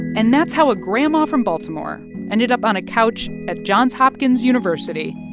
and that's how a grandma from baltimore ended up on a couch at johns hopkins university